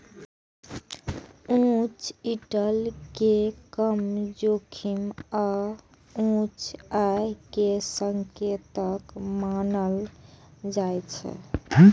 उच्च यील्ड कें कम जोखिम आ उच्च आय के संकेतक मानल जाइ छै